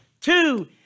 two